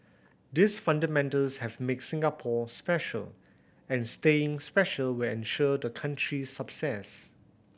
these fundamentals have make Singapore special and staying special will ensure the country's